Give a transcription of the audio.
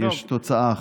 יש תוצאה אחת.